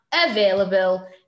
available